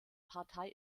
partei